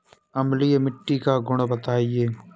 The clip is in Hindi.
अम्लीय मिट्टी का गुण बताइये